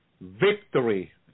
victory